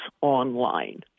online